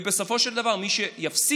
ובסופו של דבר מי שיפסיד,